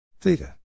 Theta